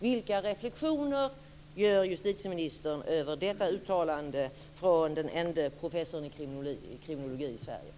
Vilka reflexioner gör justitieministern över detta uttalande från den ende professorn i kriminologi i Sverige?